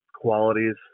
qualities